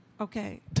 Okay